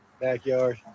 backyard